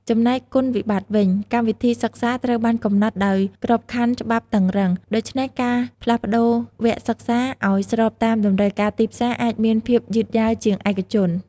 ចំំណែកគុណវិបត្តិវិញ កម្មវិធីសិក្សាត្រូវបានកំណត់ដោយក្របខ័ណ្ឌច្បាប់តឹងរ៉ឹង ដូច្នេះការផ្លាស់ប្ដូរវគ្គសិក្សាឲ្យស្របតាមតម្រូវការទីផ្សារអាចមានភាពយឺតយ៉ាវជាងឯកជន។